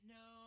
no